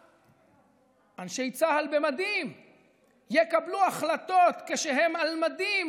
אנשי צה"ל במדים יקבלו החלטות כשהם על מדים